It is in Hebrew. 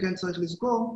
צריך לזכור,